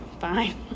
Fine